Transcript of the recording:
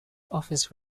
office